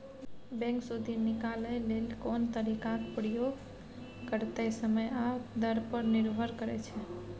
bank सुदि निकालय लेल कोन तरीकाक प्रयोग करतै समय आ दर पर निर्भर करै छै